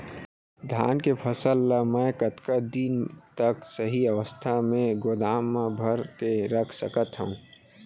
धान के फसल ला मै कतका दिन तक सही अवस्था में गोदाम मा भर के रख सकत हव?